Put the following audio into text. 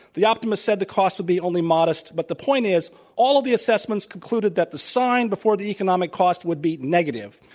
the optimists said the costs would be only modest, but the point is all of the assessments concluded that the sign before the economic cost would be negative.